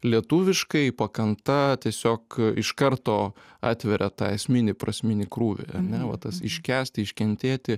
lietuviškai pakanta tiesiog iš karto atveria tą esminį prasminį krūvį ar ne va tas iškęsti iškentėti